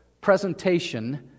presentation